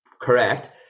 correct